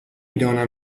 دانم